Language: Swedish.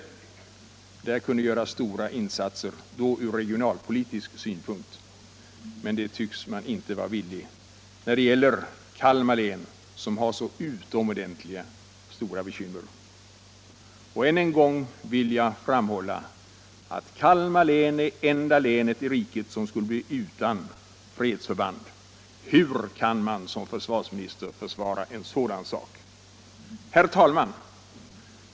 Där kunde då göras stora insatser från regionalpolitisk synpunkt. Men det är man inte villig till när det gäller Kalmar län, som har så utomordentligt stora bekymmer och där även försvarspolitiska skäl talar för ett försvarsförband. Än en gång vill jag framhålla att Kalmar län är det enda län i riket som skulle bli utan fredsförband om F 12 lades ner. Hur kan man som försvarsminister försvara en sådan sak? Herr talman!